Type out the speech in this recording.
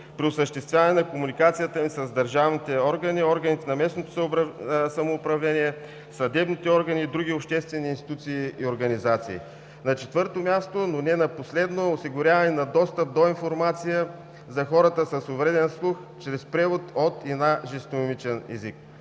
при осъществяване на комуникацията им с държавните органи, органите на местното самоуправление, съдебните органи и други обществени институции и организации. Четвърто, но не на последно място, осигуряване на достъп до информация за хората с увреден слух чрез превод от и на жестомимичен език.